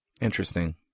Interesting